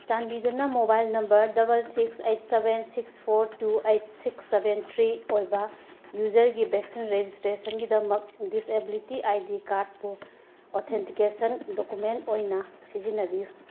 ꯆꯥꯟꯕꯤꯗꯨꯅ mobile number double six eight seven six four two eight six seven three ꯑꯣꯏꯕ ꯌꯨꯖꯔꯒꯤ vaccine ꯔꯤꯖꯤꯁꯇ꯭ꯔꯦꯁꯟꯒꯤꯗꯃꯛ disability I D ꯀꯥꯔꯠꯄꯨ authentication document ꯑꯣꯏꯅ ꯁꯤꯖꯤꯟꯅꯕꯤꯌꯨ